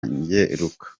ngeruka